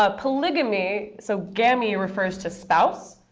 ah polygamy so gamy refers to spouse.